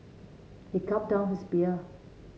he gulped down his beer